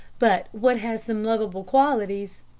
but what has some lovable qualities.